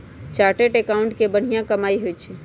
chartered accountant के बनिहा कमाई होई छई